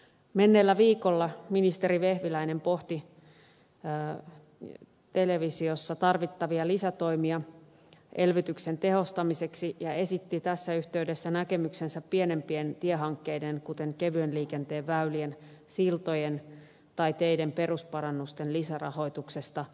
menneellä viikolla ministeri vehviläinen pohti televisiossa tarvittavia lisätoimia elvytyksen tehostamiseksi ja esitti tässä yhteydessä näkemyksensä pienempien tiehankkeiden kuten kevyen liikenteen väylien siltojen tai teiden perusparannusten lisärahoituksesta